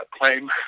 claim